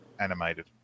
animated